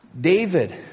David